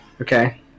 Okay